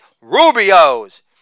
Rubio's